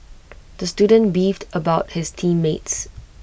the student beefed about his team mates